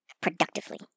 productively